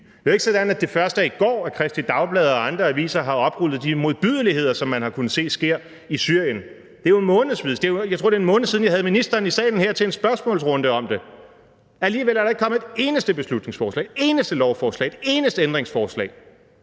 Det er jo ikke sådan, at det først var i går, at Kristeligt Dagblad og andre aviser oprullede de modbydeligheder, som man har kunnet se sker i Syrien, men det er jo i månedsvis. Jeg tror, det er en måned siden, jeg havde ministeren i salen her til en spørgsmålsrunde om det, og alligevel er der ikke kommet et eneste beslutningsforslag, et eneste lovforslag, et eneste ændringsforslag,